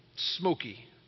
smoky